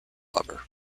lover